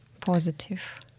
Positive